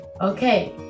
Okay